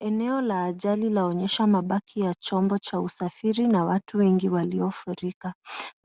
Eneo la ajali laonyesha mabaki ya chombo cha usafiri na watu wengi waliofurika.